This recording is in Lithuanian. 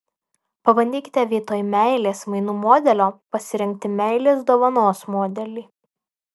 pabandykite vietoj meilės mainų modelio pasirinkti meilės dovanos modelį